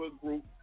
group